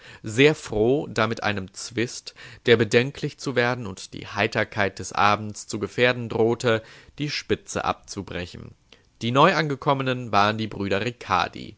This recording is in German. sehr froh damit einem zwist der bedenklich zu werden und die heiterkeit des abends zu gefährden drohte die spitze abzubrechen die neuangekommenen waren die brüder ricardi